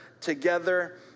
together